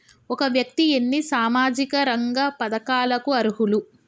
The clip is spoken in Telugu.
ఒక వ్యక్తి ఎన్ని సామాజిక రంగ పథకాలకు అర్హులు?